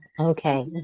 Okay